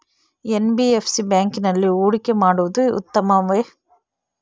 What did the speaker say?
NBFC ಬ್ಯಾಂಕಿನಲ್ಲಿ ಹೂಡಿಕೆ ಮಾಡುವುದು ಉತ್ತಮವೆ?